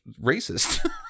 racist